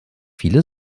viele